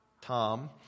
Tom